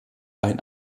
ein